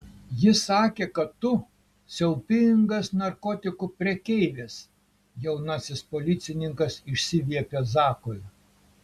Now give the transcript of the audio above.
ji sakė kad tu siaubingas narkotikų prekeivis jaunasis policininkas išsiviepė zakui